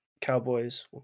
Cowboys